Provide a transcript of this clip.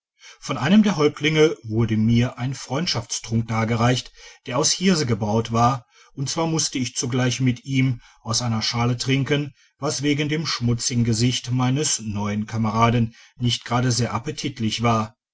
von einem der häuptlinge wurde mir ein freundschaftstrunk dargereicht der aus hirse gebraut war und zwar musste ich zugleich mit ihm aus einer schale trinken was wegen dem schmutzigen gesicht meines neuen kameraden nicht gerade sehr appetitlich war